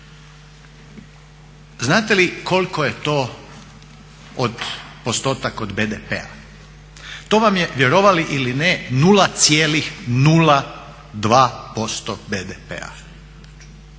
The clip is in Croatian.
Znate li koliko je to postotak od BDP-a? To vam je vjerovali ili ne 0,02% BDP-a.